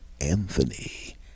Anthony